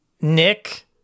Nick